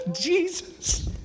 Jesus